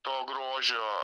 to grožio